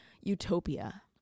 Utopia